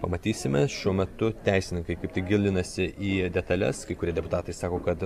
pamatysime šiuo metu teisininkai kaip tik gilinasi į detales kai kurie deputatai sako kad